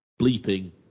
bleeping